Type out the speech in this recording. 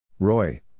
Roy